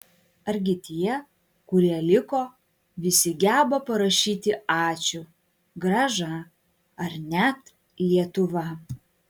argi tie kurie liko visi geba parašyti ačiū grąža ar net lietuva